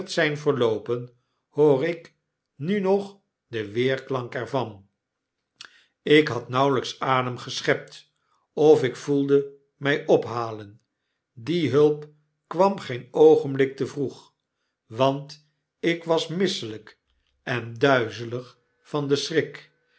zijn verloopen hoor ik nu nog den weerklank er van ik had nauwelijks adem geschept of ik voelde my ophalen die hulp kwam geen oogenblik te vroeg want ik was misselyk en duizelig van den schrik